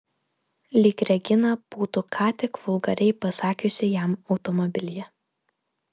lyg regina būtų ką tik vulgariai pasakiusi jam automobilyje